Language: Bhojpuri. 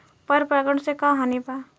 पर परागण से का हानि बा?